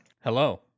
Hello